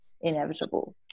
inevitable